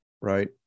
right